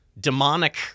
demonic